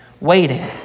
waiting